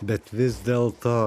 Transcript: bet vis dėlto